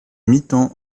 mitan